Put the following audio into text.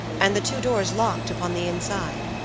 and the two doors locked upon the inside.